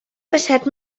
passat